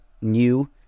new